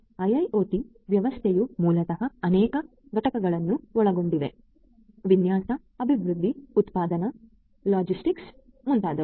IoT ವ್ಯವಸ್ಥೆಯು ಮೂಲತಃ ಅನೇಕ ಘಟಕಗಳನ್ನು ಒಳಗೊಂಡಿದೆ ವಿನ್ಯಾಸ ಅಭಿವೃದ್ಧಿ ಉತ್ಪಾದನಾ ಲಾಜಿಸ್ಟಿಕ್ಸ್ ಮುಂತಾದವುಗಳು